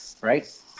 right